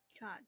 god